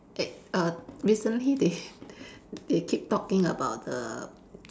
eh err recently they (ppl） they keep talking about the